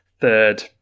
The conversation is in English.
third